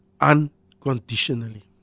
unconditionally